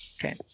Okay